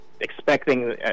expecting